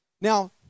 Now